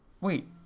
Wait